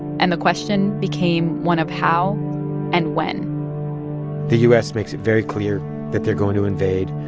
and the question became one of how and when the u s. makes it very clear that they're going to invade.